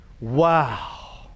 Wow